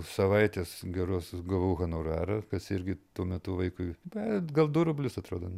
savaitės geros gavau honorarą kas irgi tuo metu vaikui bet gal du rublius atrodo